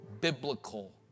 biblical